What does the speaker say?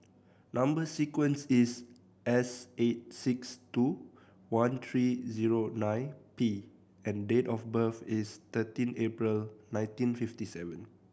number sequence is S eight six two one three zero nine D and date of birth is thirteen April nineteen fifty seven